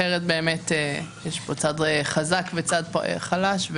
כי אחרת באמת יש פה צד חזק וצד חלש,